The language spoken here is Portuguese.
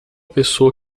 pessoa